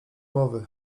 mowy